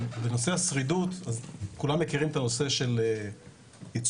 בנושא השרידות כולם מכירים את הנושא של ייצור,